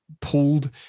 pulled